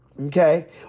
Okay